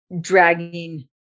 dragging